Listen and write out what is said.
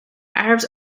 arabs